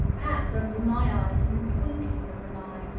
perhaps, under my eyes, in the twinkling of an eye,